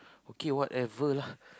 okay whatever lah